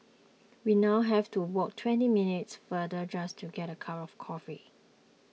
we now have to walk twenty minutes farther just to get a cup of coffee